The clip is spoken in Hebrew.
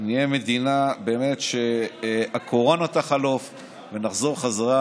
נהיה מדינה שבה הקורונה תחלוף ונחזור בחזרה